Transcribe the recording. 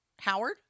Howard